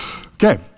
Okay